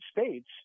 States